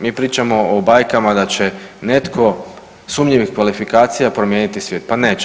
Mi pričamo o bajkama da će netko sumnjivih kvalifikacija promijeniti svijet, pa neće.